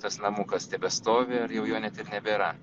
tas namukas tebestovi ar jau jo net ir nebėra